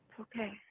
Okay